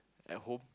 at home